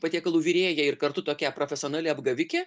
patiekalų virėja ir kartu tokia profesionali apgavikė